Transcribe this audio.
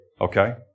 okay